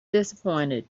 disappointed